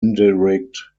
indirect